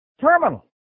Terminal